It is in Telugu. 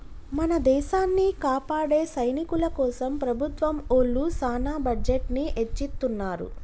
మన దేసాన్ని కాపాడే సైనికుల కోసం ప్రభుత్వం ఒళ్ళు సాన బడ్జెట్ ని ఎచ్చిత్తున్నారు